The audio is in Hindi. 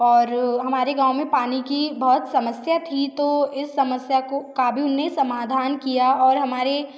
और हमारे गाँव में पानी की बहुत समस्या थी तो इस समस्या को ने समाधान किया और हमारे